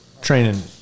training